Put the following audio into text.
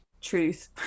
truth